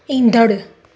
ईंदड़ु